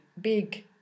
big